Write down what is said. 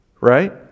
right